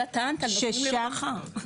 אבל את טענת שנושמים לרווחה זה